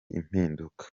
impinduka